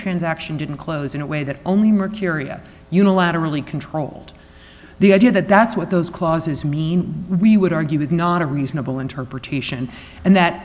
transaction didn't close in a way that only mercurial unilaterally controlled the idea that that's what those clauses mean we would argue with not a reasonable interpretation and that